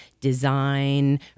design